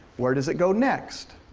where does it go next?